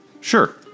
Sure